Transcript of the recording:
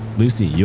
lucy, yeah